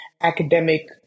academic